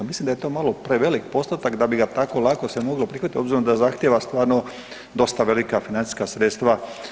Mislim da je to malo prevelik postotak da bi ga tako lako se moglo prihvatiti s obzirom da zahtjeva stvarno dosta velika financijska sredstva.